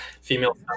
female-